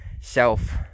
self